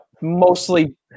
mostly